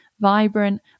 vibrant